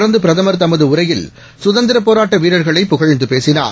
தொடர்ந்துபிரதமர்தனதுஉரையில் சுதந்திரப்போராட்டவீரர்களைபுகழ்ந்துபேசினார்